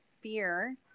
fear